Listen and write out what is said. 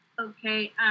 Okay